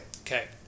Okay